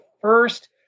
first